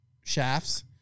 shafts